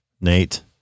Nate